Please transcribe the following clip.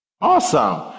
Awesome